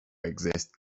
exist